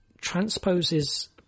transposes